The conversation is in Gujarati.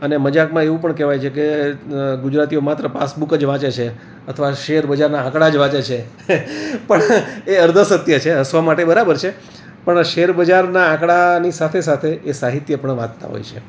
અને મજાકમાં એવું પણ કહેવાય છે કે ગુજરાતીઓ માત્ર પાસબુક જ વાંચે છે અથવા શેર બજારના આંકડા જ વાંચે છે પણ એ અડધો સત્ય છે હસવા માટે બરાબર છે પણ શેર બજારના આંકડાની સાથે સાથે એ સાહિત્ય પણ વાંચતા હોય છે